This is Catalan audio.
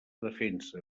defensa